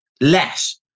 less